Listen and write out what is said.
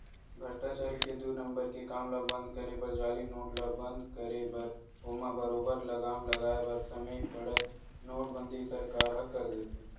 भस्टाचारी के दू नंबर के काम ल बंद करे बर जाली नोट ल बंद करे बर ओमा बरोबर लगाम लगाय बर समे पड़त नोटबंदी सरकार ह कर देथे